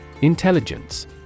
Intelligence